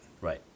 Right